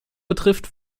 betrifft